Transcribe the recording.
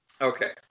Okay